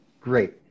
Great